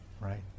right